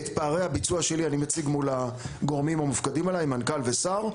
את פערי הביצוע שלי אני מציג מול הגורמים המופקדים עלי - מנכ"ל ושר,